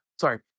sorry